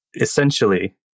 essentially